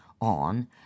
on